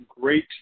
great